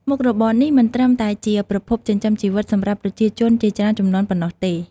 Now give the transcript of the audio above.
មុខរបរនេះមិនត្រឹមតែជាប្រភពចិញ្ចឹមជីវិតសម្រាប់ប្រជាជនជាច្រើនជំនាន់ប៉ុណ្ណោះទេ។